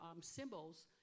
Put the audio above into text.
symbols